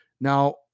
Now